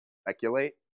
Speculate